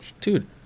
dude